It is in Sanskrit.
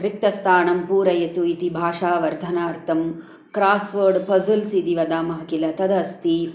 रिक्तस्थानं पूरयतु इति भाषावर्धनार्थं क्रास्वर्ड् पज़ल्स् इति वदामः किल तदस्ति